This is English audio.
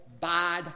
bad